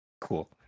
cool